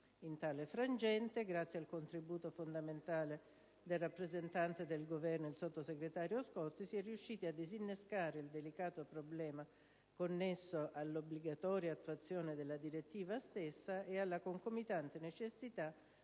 In tale frangente, grazie al contributo fondamentale del rappresentante del Governo, sottosegretario Vincenzo Scotti, si è riusciti a disinnescare il delicato problema connesso all'obbligatoria attuazione della direttiva stessa e alla concomitante necessità